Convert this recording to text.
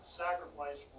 sacrifice